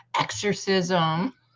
exorcism